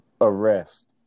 arrest